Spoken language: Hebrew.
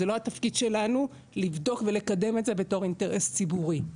וזה לא התפקיד שלנו לבדוק ולקדם את זה בתור אינטרס ציבורי.